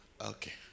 Okay